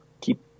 keep